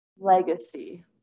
legacy